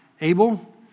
Abel